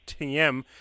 TM